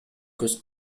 көз